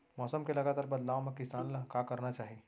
मौसम के लगातार बदलाव मा किसान ला का करना चाही?